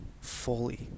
fully